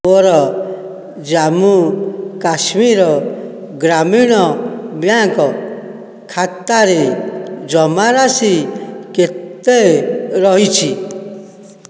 ମୋର ଜାମ୍ମୁ କାଶ୍ମୀର ଗ୍ରାମୀଣ ବ୍ୟାଙ୍କ ଖାତାରେ ଜମାରାଶି କେତେ ରହିଛି